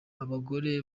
abagore